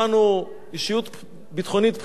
הוא אומר שהוא עוד לא כל כך בטוח בנתונים האלה